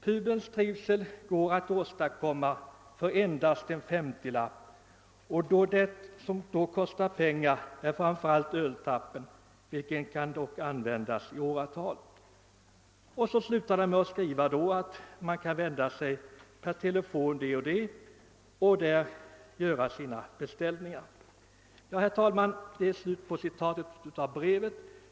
Pubens trivsel går att åstadkomma för endast 50 lappen och det som då kostar pengar är framför allt öltappen, vilken dock kan användas i åratal.> Brevet slutar med upplysningen att man kan vända sig till de och de telefonnumren och göra beställningar där. Herr talman!